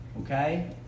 Okay